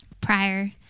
prior